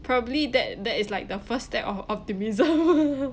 probably that that is like the first step of optimism